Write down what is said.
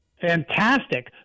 fantastic